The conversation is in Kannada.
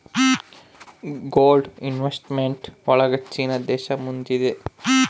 ಗೋಲ್ಡ್ ಇನ್ವೆಸ್ಟ್ಮೆಂಟ್ ಒಳಗ ಚೀನಾ ದೇಶ ಮುಂದಿದೆ